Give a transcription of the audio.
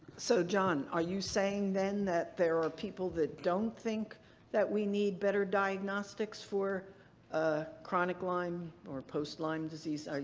so john, are you saying then that there are people that don't think that we need better diagnostics for ah chronic lyme or post-lyme disease?